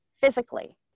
physically